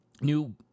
new